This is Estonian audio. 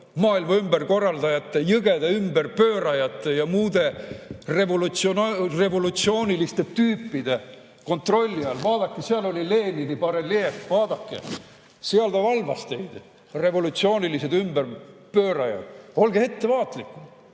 maailma ümberkorraldajate, jõgede ümberpöörajate ja muude revolutsiooniliste tüüpide kontrolli all? Vaadake, seal oli Lenini bareljeef. Vaadake, seal ta valvas teid, revolutsioonilised ümberpöörajad. Olge ettevaatlikud.